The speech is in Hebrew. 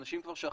אנשים כבר שכחו,